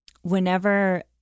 whenever